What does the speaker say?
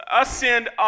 ascend